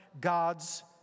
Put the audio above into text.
God's